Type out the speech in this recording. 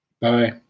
Bye